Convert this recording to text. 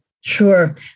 Sure